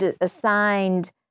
assigned